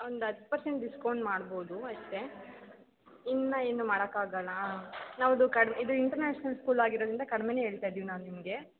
ಒಂದು ಹತ್ತು percent discount ಮಾಡ್ಬೌದು ಅಷ್ಟೆ ಇನ್ನು ಏನು ಮಾಡೋಕಾಗಲ್ಲ ನಮ್ಮದು ಕಡ್ ಇದು ಇಂಟರ್ನ್ಯಾಷ್ನಲ್ ಸ್ಕೂಲ್ ಆಗಿರೋದ್ರಿಂದ ಕಡಿಮೆನೆ ಹೇಳ್ತಯಿದೀವ್ ನಾವು ನಿಮಗೆ